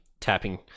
tapping